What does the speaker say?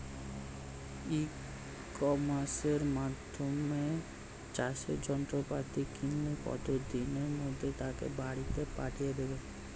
ই কমার্সের মাধ্যমে চাষের যন্ত্রপাতি কিনলে কত দিনের মধ্যে তাকে বাড়ীতে পাঠিয়ে দেবে?